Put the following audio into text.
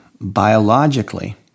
biologically